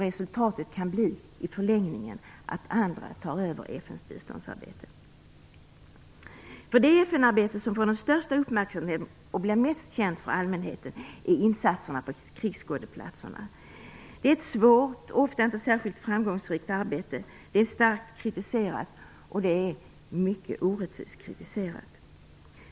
Resultatet kan i förlängningen bli att andra tar över FN:s biståndsarbete. Det FN-arbete som får den största uppmärksamheten och blir mest känt för allmänheten är insatserna på krigsskådeplatserna. Det är ett svårt och ofta inte särskilt framgångsrikt arbete. Det är starkt kritiserat, och mycket orättvist kritiserat.